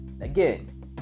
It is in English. Again